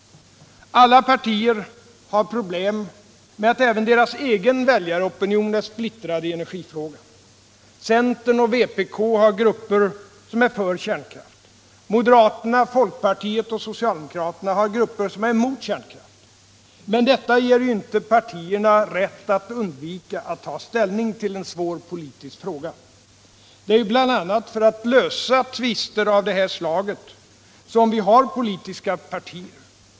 Alla partier har problem med att även deras egen väljaropinion är splittrad i energifrågan. Centern och vpk har grupper som är för kärnkraft. Moderaterna, folkpartiet och socialdemokraterna har grupper som är emot kärnkraft. Men detta ger ju inte partierna rätt att undvika att ta ställning till en svår politisk fråga. Det är ju bl.a. för att lösa tvister av det här slaget som vi har politiska partier.